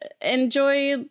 enjoy